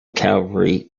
cavalry